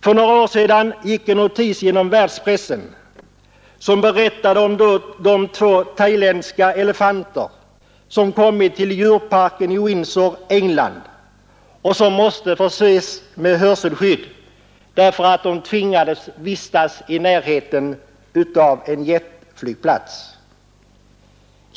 För några år sedan gick en notis genom världspressen som berättade om de två thailändska elefanter som kommit till djurparken i Windsor, England, och som måste förses med hörselskydd, därför att de var tvingade att vistas i närheten av en jetflygplats.